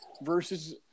versus